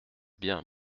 bien